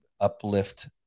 uplift